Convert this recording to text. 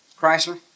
Chrysler